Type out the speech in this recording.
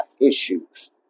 issues